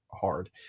hard